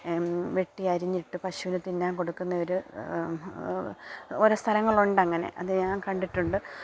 വെട്ടിയരിഞ്ഞിട്ട് പശുവിന് തിന്നാൻ കൊടുക്കുന്നെയൊരു ഓരോ സ്ഥലങ്ങളുണ്ടങ്ങനെ അത് ഞാൻ കണ്ടിട്ടുണ്ട്